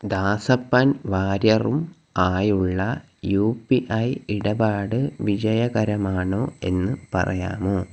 ദാസപ്പൻ വാര്യറും ആയുള്ള U P I ഇടപാട് വിജയകരമാണോ എന്ന് പറയാമോ